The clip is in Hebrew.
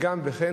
כמו כן,